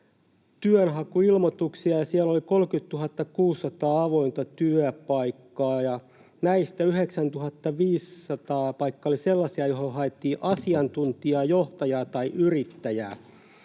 työnhakuilmoituksia. Siellä oli 30 600 avointa työpaikkaa, ja näistä 9 500 paikkaa oli sellaisia, johon haettiin asiantuntijaa, johtajaa tai yrittäjää.